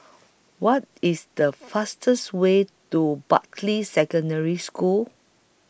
What IS The fastest Way to Bartley Secondary School